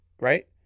right